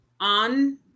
On